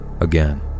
again